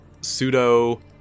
pseudo